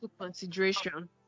consideration